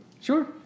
Sure